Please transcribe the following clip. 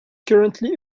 currently